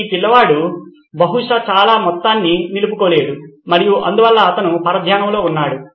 ఈ పిల్లవాడు బహుశా చాలా మొత్తాన్ని నిలుపుకోలేడు మరియు అందువల్ల అతను పరధ్యానంలో ఉన్నాడు